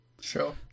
Sure